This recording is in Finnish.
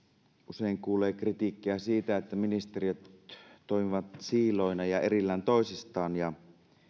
usein kuulee kritiikkiä siitä että ministeriöt toimivat siiloina ja erillään toisistaan